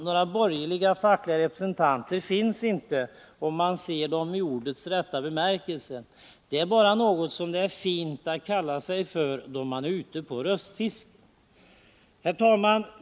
Några borgerliga fackliga representanter finns inte, om man ser dem i ordets rätta bemärkelse. Det är bara något som det är fint att kalla sig då man är ute på röstfiske. Herr talman!